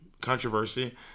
controversy